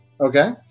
Okay